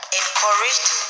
encouraged